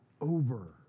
over